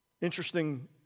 interesting